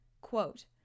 Quote